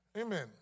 Amen